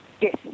yes